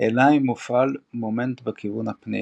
אלא אם מופעל מומנט בכיוון הפנייה.